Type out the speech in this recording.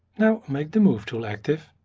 now make the move tool active,